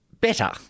better